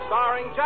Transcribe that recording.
Starring